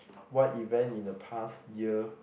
what event in the past year